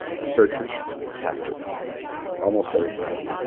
the searchers have to almost every time